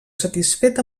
satisfet